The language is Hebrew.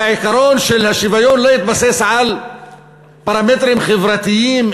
שהעיקרון של השוויון לא יתבסס על פרמטרים חברתיים,